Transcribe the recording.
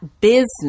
business